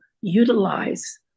utilize